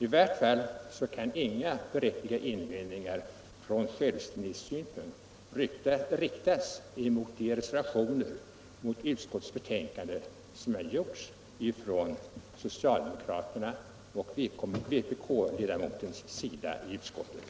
I vart fall kan inga berättigade invändningar ur självständighetssynpunkt riktas mot de reservationer till utskottets betänkande som har avgivits av socialdemokraterna och vpk-ledamoten i utskottet.